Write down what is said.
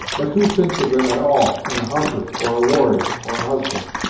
but who thinks of them at all, in a hunter, or a warrior, or a husband?